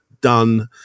done